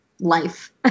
Life